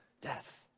Death